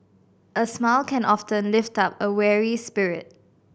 a smile can often lift up a weary spirit